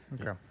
Okay